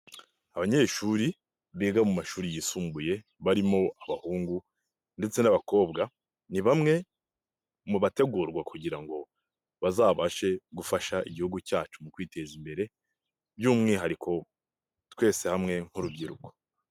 Abanyeshuri biga mu mashuri yisumbuye, barimo abahungu ndetse n'abakobwa, ni bamwe mu bategurwa, kugira ngo bazabashe gufasha Igihugu cyacu mu kwiteza imbere, by'umwihariko twese hamwe nk'urubyiruko.